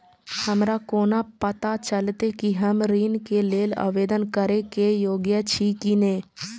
हमरा कोना पताा चलते कि हम ऋण के लेल आवेदन करे के योग्य छी की ने?